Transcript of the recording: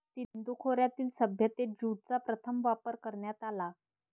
सिंधू खोऱ्यातील सभ्यतेत ज्यूटचा प्रथम वापर करण्यात आला